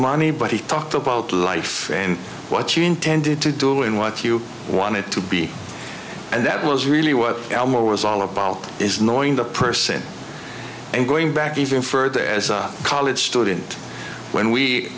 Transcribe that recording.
money but he talked about life and what you intended to do in what you wanted to be and that was really what elmore was all about is knowing the person and going back even further as a college student when we